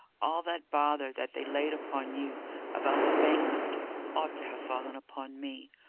all that bother that they laid upon you about the bank-note ought to have fallen upon me,